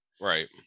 Right